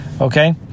okay